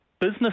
business